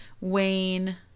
Wayne